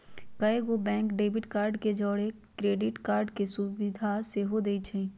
कएगो bank debit card के जौरही क्रेडिट कार्ड के सुभिधा सेहो देइ छै